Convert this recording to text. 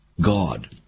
God